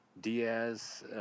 Diaz